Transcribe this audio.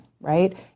right